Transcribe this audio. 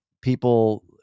people